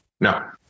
No